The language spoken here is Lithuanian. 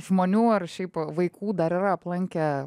žmonių ar šiaip vaikų dar yra aplankę